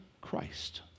christ